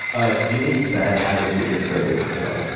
ah do you have any bad habits that you're currently working on?